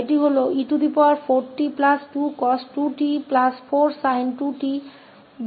तो यह e4t 2 cos 2𝑡 4 sin 2𝑡 है जो इस दिए गए function का लाप्लास प्रतिलोम है